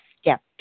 step